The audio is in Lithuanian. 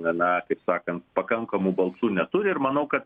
gana kaip sakant pakankamų balsų neturi ir manau kad